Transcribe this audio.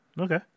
Okay